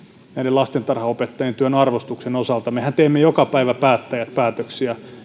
lastentarhanopettajien työn arvostuksen osalta mehän teemme joka päivä päättäjät päätöksiä